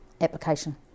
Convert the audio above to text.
application